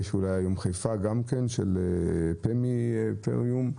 בחיפה של פמי פרימיום.